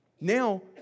now